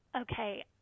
okay